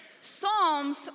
Psalms